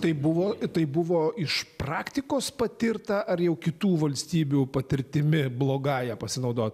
tai buvo tai buvo iš praktikos patirta ar jau kitų valstybių patirtimi blogąja pasinaudota